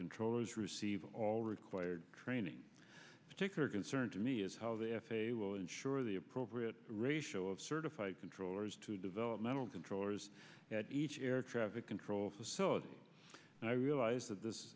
controllers receive all required training particular concern to me is how the f a a will ensure the appropriate ratio of certified controllers to developmental controllers at each air traffic control facility and i realize that this